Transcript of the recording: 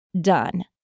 done